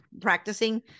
practicing